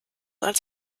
als